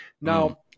Now